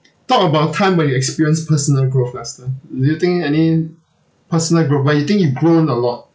talk about a time where you experienced personal growth lester do you think any personal growth like you think you grown a lot